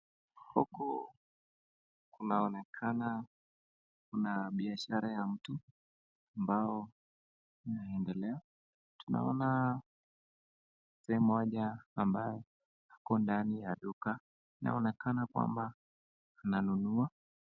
Huku kunaonekana kuna biashara ya mtu ambao inaendelea. Tunaona mzee mmoja ambaye ako ndani ya duka, anaonekana kwamba ananunua.